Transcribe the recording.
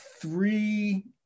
three